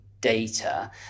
data